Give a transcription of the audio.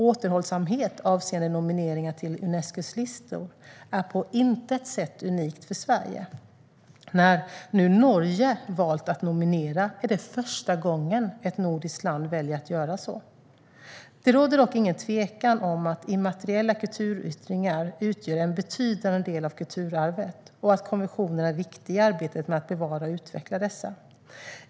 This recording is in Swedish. Återhållsamhet avseende nomineringar till Unescos listor är på intet sätt unikt för Sverige - när nu Norge valt att nominera är det första gången ett nordiskt land väljer att så göra. Det råder dock ingen tvekan om att immateriella kulturyttringar utgör en viktig del av kulturarvet och att konventionen är viktig i arbetet med att bevara och utveckla dessa.